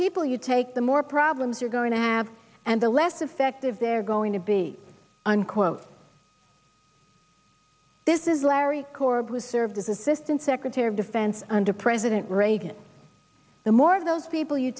people you take the more problems you're going to have and the less effective they're going to be unquote this is larry korb who served as assistant secretary of defense under president reagan the more of those people you